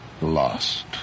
lost